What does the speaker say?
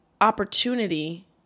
opportunity